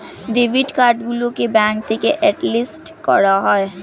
debit card গুলোকে bank থেকে hotlist করা যায়